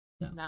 No